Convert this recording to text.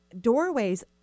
Doorways